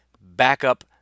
backup